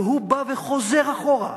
והוא בא וחוזר אחורה.